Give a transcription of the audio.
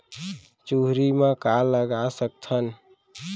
चुहरी म का लगा सकथन?